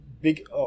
big